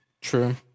True